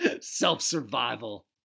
self-survival